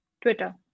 Twitter